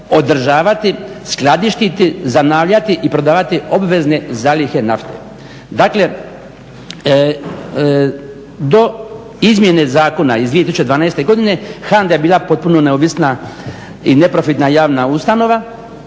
održavati, skladištiti, zanavljati i prodavati obvezne zalihe nafte. Dakle, izmjene zakona iz 2012. godine HANDA je bila potpuno neovisna i neprofitna javna ustanova